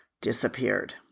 disappeared